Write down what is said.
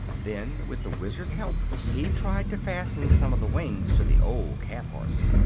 then, with the wizard's help, he tried to fasten some of the wings to the old cab-horse.